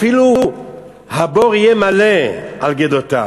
אפילו הבור יהיה מלא על גדותיו.